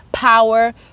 power